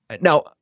Now